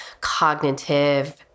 cognitive